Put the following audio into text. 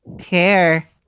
care